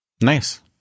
Nice